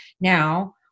now